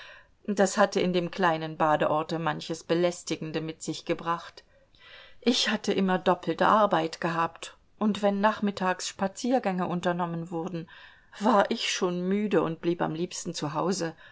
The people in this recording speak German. das hatte in dem kleinen badeorte manches belästigende mit sich gebracht ich hatte immer doppelte arbeit gehabt und wenn nachmittags spaziergänge unternommen wurden war ich schon müde und blieb am liebsten